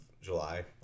July